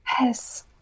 yes